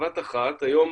בבת אחת היום,